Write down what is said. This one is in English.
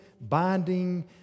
binding